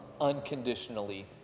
unconditionally